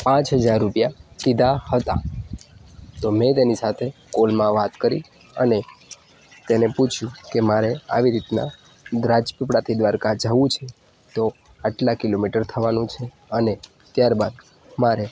પાંચ હજાર રૂપિયા કીધા હતા તો મેં તેની સાથે કોલમાં વાત કરી અને તેને પૂછ્યું કે મારે આવી રીતના રાજપીપળાથી દ્વારકા જાવું છે તો આટલા કિલોમીટર થવાનું છે અને ત્યારબાદ મારે